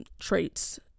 traits